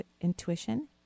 intuition